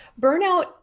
burnout